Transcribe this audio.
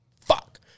fuck